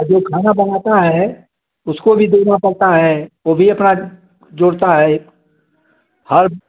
जो खाना बनाता है उसको भी देना पड़ता है वो भी अपना जोड़ता है एक हर